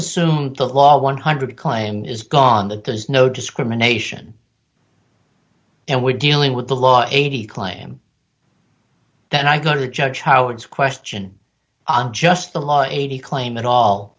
assume the law one hundred dollars claim is gone that there's no discrimination and we're dealing with the law eighty claim that i got a judge howard's question on just the law eighty claim at all